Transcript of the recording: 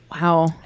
wow